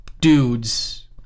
dudes